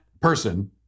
person